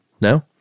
No